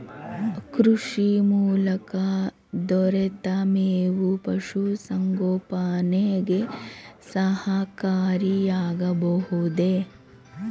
ಕೃಷಿ ಮೂಲಕ ದೊರೆತ ಮೇವು ಪಶುಸಂಗೋಪನೆಗೆ ಸಹಕಾರಿಯಾಗಬಹುದೇ?